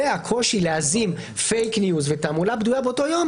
והקושי להזים פייק ניוז ותעמולה בדויה באותו יום.